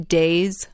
days